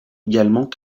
également